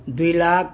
ଦୁଇ ଲାଖ୍